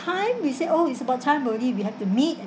we say oh it's about time already we have to meet